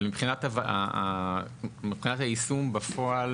אבל מבחינת היישום בפועל,